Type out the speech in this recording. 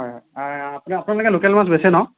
হয় হয় আপোনালোকে লোকেল মাছ বেচে ন